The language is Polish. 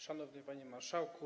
Szanowny Panie Marszałku!